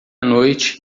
noite